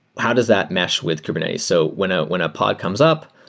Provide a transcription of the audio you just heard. how does that mesh with kubernetes? so when ah when a pod comes up,